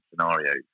scenarios